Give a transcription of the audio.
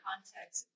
context